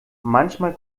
manchmal